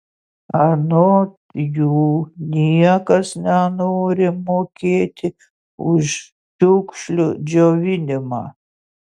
anot jų niekas nenori mokėti už šiukšlių džiovinimą